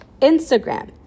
Instagram